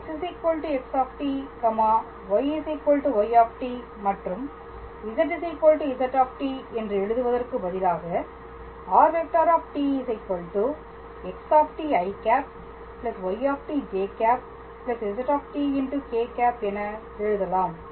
x xy y மற்றும் z z என்று எழுதுவதற்கு பதிலாக r⃗ xî yĵ zk̂ என எழுதலாம்